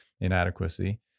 inadequacy